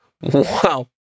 wow